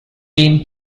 been